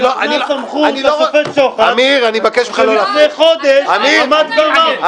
היא נתנה סמכות לשופט שוחט שלפני חודש עמד ואמר: